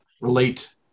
relate